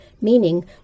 meaning